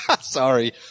Sorry